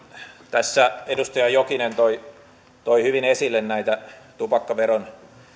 tässä edustaja jokinen toi hyvin esille näitä tupakkaveron